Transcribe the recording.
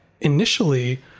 initially